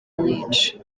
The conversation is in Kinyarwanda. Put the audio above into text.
nyinshi